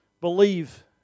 believe